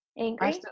angry